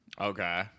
okay